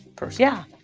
personal yeah,